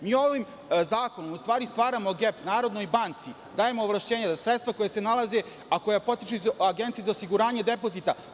Mi ovim zakonom u stvari stvaramo gep Narodnoj banci, dajemo ovlašćenje za sredstva koja se nalazi, a koja potiče iz Agencije za osiguranje depozita.